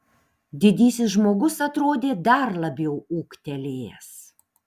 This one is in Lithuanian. didysis žmogus atrodė dar labiau ūgtelėjęs